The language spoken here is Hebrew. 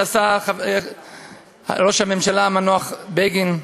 ראש הממשלה המנוח בגין.